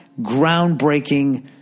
groundbreaking